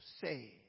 say